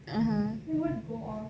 um um